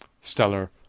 stellar